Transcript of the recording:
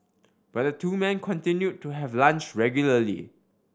but the two men continue to have lunch regularly